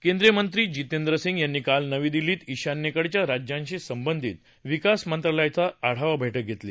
केंद्रीय मंत्री जितेंद्र सिंग यांनी काल नवी दिल्लीत ईशान्येकडच्या राज्यांशी संबंधित विकास मंत्रालयाची आढावा बैठक घेतली